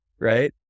right